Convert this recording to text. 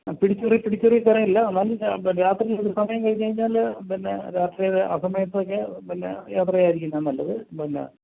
പിടിച്ചു പറി പിടിച്ചു പറി സാറേ ഇല്ലാ എന്നാലും രാത്രി ഒരു സമയം കഴിഞ്ഞു കഴിഞ്ഞാൽ പിന്നേ രാത്രിയിൽ അസമയത്തൊക്കെ പിന്നെ യാത്ര ചെയ്യാതിരിക്കുന്നതാണ് നല്ലത് പിന്നേ